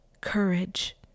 courage